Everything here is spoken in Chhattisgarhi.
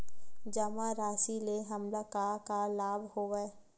जमा राशि ले हमला का का लाभ हवय?